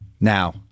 Now